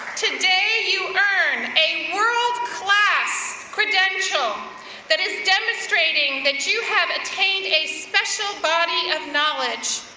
today you earn a world class credential that is demonstrating that you have attained a special body of knowledge.